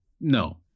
no